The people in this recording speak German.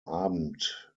abend